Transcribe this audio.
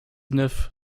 neuf